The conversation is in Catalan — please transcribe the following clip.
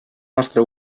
nostre